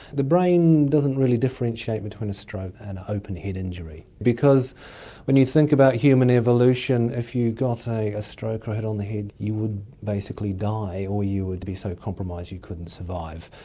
the brain doesn't really differentiate between a stroke and an open head injury because when you think about human evolution, if you got a ah stroke or on the head you would basically die or you would be so compromised you couldn't survive.